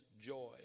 joy